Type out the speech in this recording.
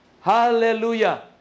hallelujah